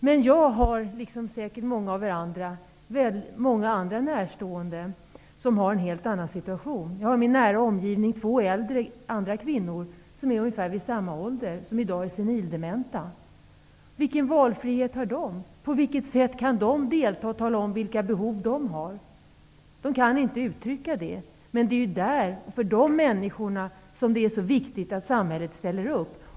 Men jag har -- liksom säkert många av er andra -- också många andra närstående som har en helt annan situation. Jag har i min nära omgivning två äldre kvinnor i ungefär samma ålder som i dag är senildementa. Vilken valfrihet har de? På vilket sätt kan de tala om vilka behov de har? De kan inte uttrycka det. Men det är för dessa människor det är så viktigt att samhället ställer upp.